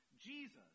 Jesus